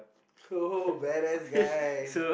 so bad ass guy